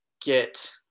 get